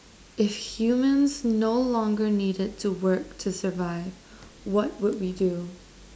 if humans no longer needed to work to survive what would we do